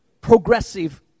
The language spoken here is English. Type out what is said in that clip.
progressive